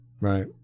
Right